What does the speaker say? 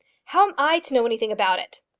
how am i to know anything about it?